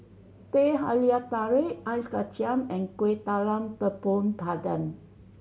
Teh Halia Tarik Ice Kachang and Kuih Talam Tepong Pandan